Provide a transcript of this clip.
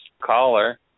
caller